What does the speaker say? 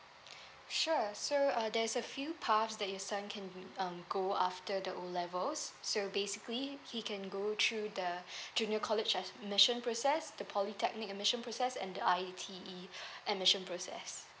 sure so uh there's a few path that your son can re~ um go after the o levels so basically he can go through the junior college admission process the polytechnic admission process and the I_T_E admission process